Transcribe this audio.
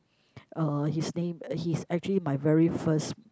uh his name he's actually my very first